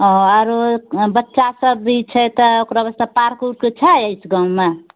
हँ आरो बच्चा सबभी छै तऽ ओकरा पार्क ऊर्क छै इस गाममे